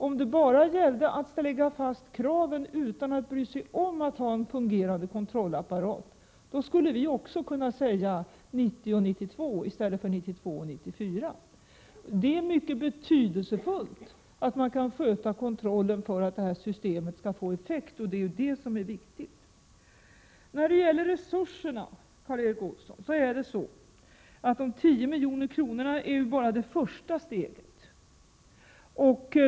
Om det bara gällde att lägga fast kraven utan att bry sig om att ha en fungerande kontrollapparat, skulle vi också kunna föreslå 1990 och 1992 i stället för 1992 och 1994. För att det här systemet skall få effekt — och det är det som är viktigt — är det mycket betydelsefullt att man kan sköta kontrollen. När det gäller resurserna, Karl Erik Olsson, är det så att de tio miljoner kronorna bara är det första steget.